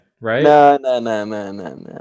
Right